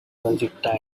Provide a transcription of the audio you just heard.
projectile